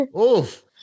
Oof